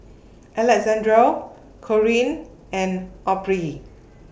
Alexandria Corinne and Aubrey